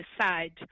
decide